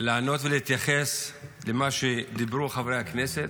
לענות ולהתייחס למה שדיברו חברי הכנסת,